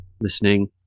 listening